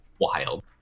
wild